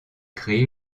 crée